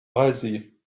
rasés